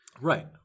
right